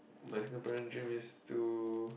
but Singaporean dream is to